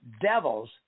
devils